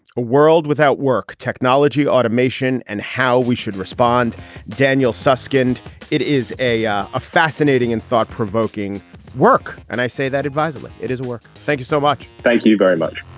a world without work, technology, automation and how we should respond daniel susskind it is a ah a fascinating and thought provoking work and i say that advisedly. it is worth. thank you so much. thank you very much